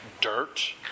dirt